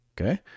okay